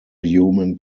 human